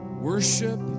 worship